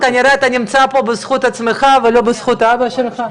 אתה כנראה נמצא פה בזכות עצמך ולא בזכות אבא שלך.